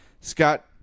Scott